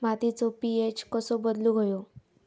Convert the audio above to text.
मातीचो पी.एच कसो बदलुक होयो?